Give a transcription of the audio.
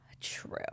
True